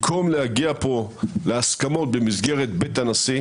במקום להגיע פה להסכמות במסגרת בית הנשיא,